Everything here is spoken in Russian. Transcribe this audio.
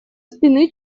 спины